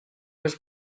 was